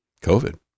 COVID